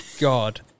God